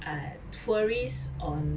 uh tourists on